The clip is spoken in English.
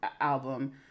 album